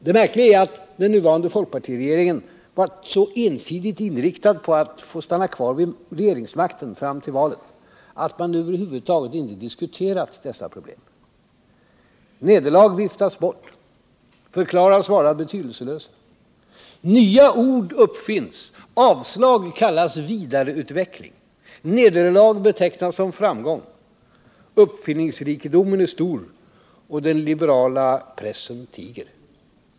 Det märkliga är att den nuvarande folkpartiregeringen är så ensidigt inriktad på att stanna kvar vid regeringsmakten fram till valet att man över huvud taget inte diskuterat dessa problem. Nederlag viftas bort och förklaras vara betydelselösa. Nya ord uppfinns: avslag kallas vidareutveckling, nederlag betecknas som framgång. Uppfinningsrikedomen är stor. Och den liberala pressen tiger.